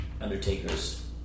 Undertaker's